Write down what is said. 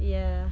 ya